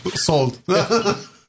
sold